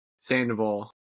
Sandoval